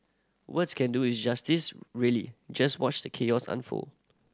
words can do it justice really just watch the chaos unfold